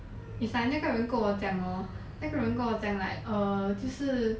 it's like 那个人跟我讲 hor 那个人跟我讲 like err 就是